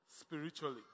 spiritually